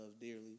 dearly